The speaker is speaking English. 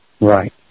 Right